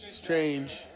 Strange